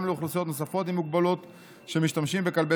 לאוכלוסיות נוספות עם מוגבלות המשתמשות בכלבי